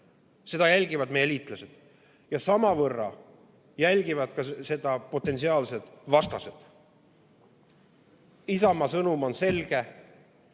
Seda jälgivad meie liitlased ja samavõrra jälgivad seda potentsiaalsed vastased. Isamaa sõnum on selge: